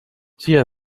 trier